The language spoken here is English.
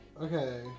Okay